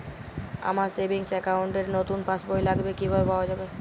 আমার savings account র নতুন পাসবই লাগবে কিভাবে পাওয়া যাবে?